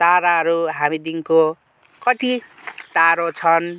ताराहरू हामीदेखिको कति टाढो छन्